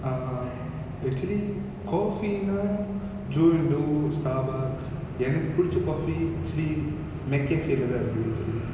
uh actually coffee னா:na joe and dough starbucks எனக்கு புடிச்ச:enakku pudicha coffee actually mccafe lah தான் இருந்துச்சி:than irunthuchi